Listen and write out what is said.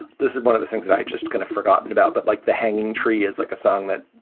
this is one of the things that i just kind of forgotten about. but like, the hanging tree is like a song that,